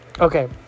Okay